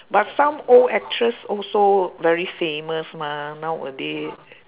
but some old actress also very famous mah nowaday